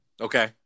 Okay